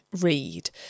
read